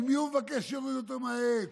ממי הוא מבקש שיוריד אותו מהעץ?